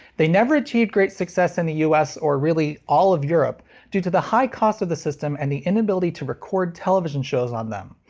they never achieved great success in the us or really all of europe due to the high cost of the system and the inability to record television shows on them,